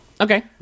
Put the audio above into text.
Okay